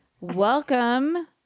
Welcome